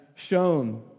shown